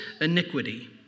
iniquity